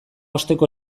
osteko